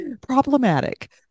Problematic